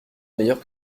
meilleure